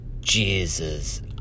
Jesus